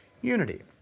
unity